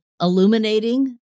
illuminating